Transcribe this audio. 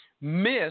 miss